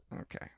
okay